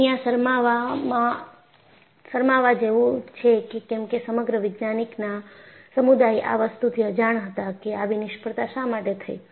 અહિયાં શરમાવા જેવું છે કેમકેસમગ્ર વૈજ્ઞાનિકોના સમુદાય આં વસ્તુથી અજાણ હતાકે આવી નિષ્ફળતા શા માટે થઈ